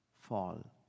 fall